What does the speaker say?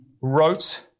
wrote